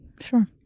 Sure